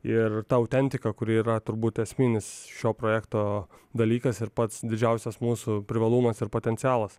ir ta autentika kuri yra turbūt esminis šio projekto dalykas ir pats didžiausias mūsų privalumas ir potencialas